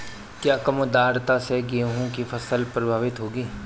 क्या कम आर्द्रता से गेहूँ की फसल प्रभावित होगी?